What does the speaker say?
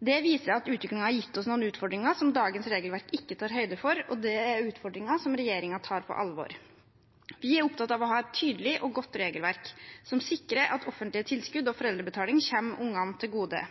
Det viser at utviklingen har gitt oss noen utfordringer, som dagens regelverk ikke tar høyde for, og det er utfordringer som regjeringen tar på alvor. Vi er opptatt av å ha et tydelig og godt regelverk som sikrer at offentlige tilskudd og foreldrebetaling kommer ungene til gode.